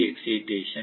excitation